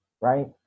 right